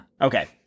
Okay